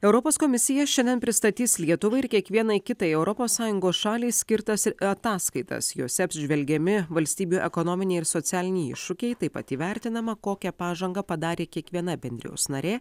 europos komisija šiandien pristatys lietuvai ir kiekvienai kitai europos sąjungos šaliai skirtas ataskaitas jose apžvelgiami valstybių ekonominiai ir socialiniai iššūkiai taip pat įvertinama kokią pažangą padarė kiekviena bendrijos narė